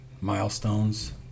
milestones